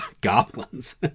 goblins